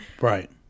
Right